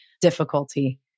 difficulty